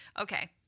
okay